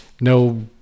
No